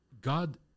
God